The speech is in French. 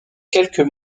quelques